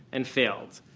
and failed.